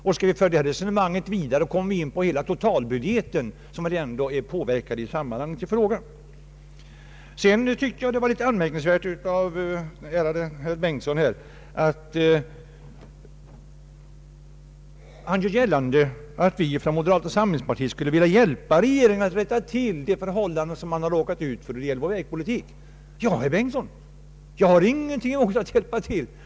Om vi för det resonemanget vidare, kommer vi in på totalbudgeten, som ju ändå påverkas i detta sammanhang. Sedan tycker jag att det är anmärkningsvärt att herr Bengtson talar om alt vi från moderata samlingspartiet skulle vilja hjälpa regeringen att rätta till de förhållanden som uppstått genom regeringens vägpolitik. Men, herr Bengtson, jag har ingenting emot att hjälpa till.